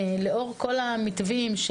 לאור כל המתווים,